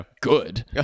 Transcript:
good